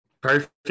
Perfect